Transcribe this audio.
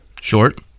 Short